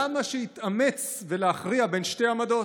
למה שיתאמץ להכריע בין שתי עמדות?